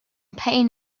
pain